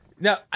Now